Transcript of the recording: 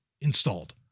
installed